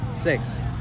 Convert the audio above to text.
six